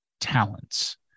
talents